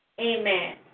Amen